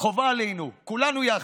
חובה עלינו, כולנו יחד,